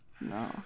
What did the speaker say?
No